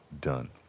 done